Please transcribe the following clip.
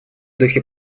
духе